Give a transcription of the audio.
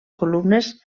columnes